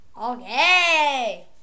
Okay